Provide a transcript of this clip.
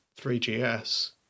3GS